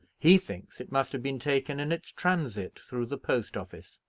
he thinks it must have been taken in its transit through the post-office,